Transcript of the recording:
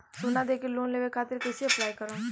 सोना देके लोन लेवे खातिर कैसे अप्लाई करम?